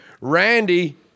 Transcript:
Randy